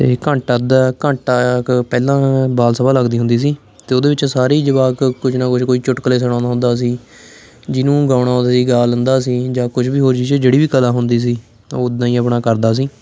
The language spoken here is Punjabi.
ਅਤੇ ਘੰਟਾ ਅੱਧਾ ਘੰਟਾ ਕੁ ਪਹਿਲਾਂ ਬਾਲ ਸਭਾ ਲੱਗਦੀ ਹੁੰਦੀ ਸੀ ਅਤੇ ਉਹਦੇ ਵਿੱਚ ਸਾਰੇ ਹੀ ਜਵਾਕ ਕੁਝ ਨਾ ਕੁਝ ਕੋਈ ਚੁਟਕਲੇ ਸੁਣਾਉਂਦਾ ਹੁੰਦਾ ਸੀ ਜਿਹਨੂੰ ਗਾਉਣਾ ਆਉਂਦਾ ਸੀ ਗਾ ਲੈਂਦਾ ਸੀ ਜਾਂ ਕੁਝ ਵੀ ਹੋਰ ਜਿਸ 'ਚ ਜਿਹੜੀ ਵੀ ਕਲਾ ਹੁੰਦੀ ਸੀ ਉਹ ਉੱਦਾਂ ਹੀ ਆਪਣਾ ਕਰਦਾ ਸੀ